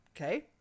okay